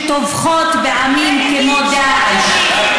נגד, שטובחות בעמים, כמו דאעש.